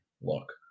look